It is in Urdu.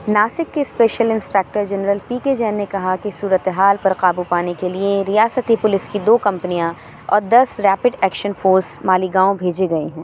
ناسک کے special inspector general P K Jain نے کہا کہ صورتحال پر قابو پانے کے لیے ریاستی پولیس کی دو کمپنیاں اور دس ریپڈ ایکشن فورس مالیگاؤں بھیجے گئے ہیں